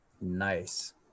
Nice